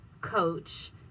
Coach